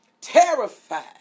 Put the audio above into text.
Terrified